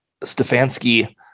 Stefanski